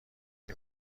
این